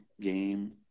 game